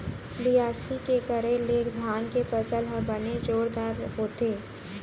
बियासी के करे ले धान के फसल ह बने जोरदार होथे